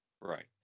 Right